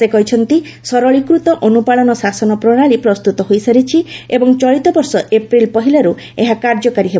ସେ କହିଛନ୍ତି ସରଳୀକୃତ ଅନୁପାଳନ ଶାସନ ପ୍ରଣାଳୀ ପ୍ରସ୍ତୁତ ହୋଇସାରିଛି ଏବଂ ଚଳିତବର୍ଷ ଏପ୍ରିଲ ପହିଲାରୁ ଏହା କାର୍ଯ୍ୟକାରୀ ହେବ